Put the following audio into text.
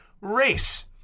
race